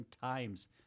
times